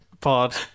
pod